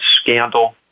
scandal